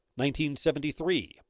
1973